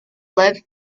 live